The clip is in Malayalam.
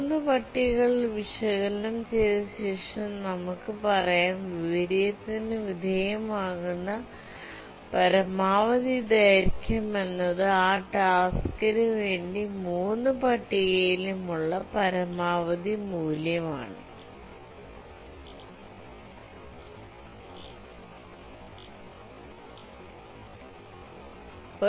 3 പട്ടികകൾ വിശകലനം ചെയ്ത ശേഷം നമുക്കു പറയാം വിപരീതത്തിനു വിദേയമാകുന്ന പരമാവധി ദൈർഖ്യം എന്നത് ആ ടാസ്കിനു 3 പട്ടികയിലും ഉള്ള പരമാവധി മൂല്യം ആണ്